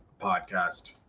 podcast